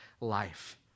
life